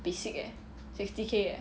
basic eh sixty k